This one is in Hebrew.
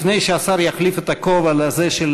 פשוט הייתה לשר תשובה מפורטת